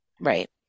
Right